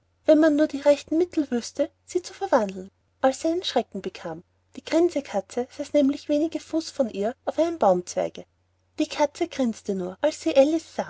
wenn man nur die rechten mittel wüßte sie zu verwandeln als sie einen schreck bekam die grinse katze saß nämlich wenige fuß von ihr auf einem baumzweige die katze grinste nur als sie